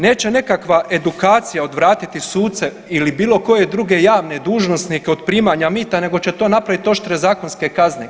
Neće nekakva edukacija odvratiti suce ili bilo koje druge javne dužnosnike od primanja mita nego će to napraviti oštre zakonske kazne.